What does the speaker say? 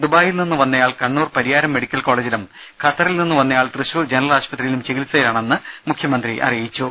ദുബായിൽ നിന്ന് വന്നയാൾ കണ്ണൂർ പരിയാരം മെഡിക്കൽ കോളജിലും ഖത്തറിൽ നിന്ന് വന്നയാൾ തൃശൂർ ജനറൽ ആശുപത്രിയിലും ചികിത്സയിലാണെന്ന് മുഖ്യമന്ത്രി അറിയിച്ചു